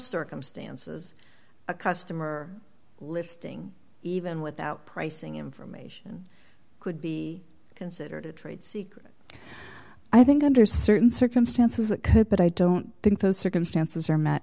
circumstances a customer listing even without pricing information could be considered a trade secret i think under certain circumstances it could but i don't think those circumstances are met